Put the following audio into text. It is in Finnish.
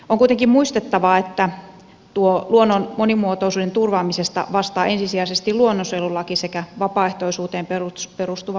on kuitenkin muistettava että tuosta luonnon monimuotoisuuden turvaamisesta vastaavat ensisijaisesti luonnonsuojelulaki sekä vapaaehtoisuuteen perustuva metso ohjelma